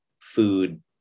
food